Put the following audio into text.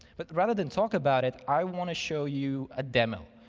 but rather than talk about it, i want to show you a demo.